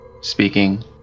speaking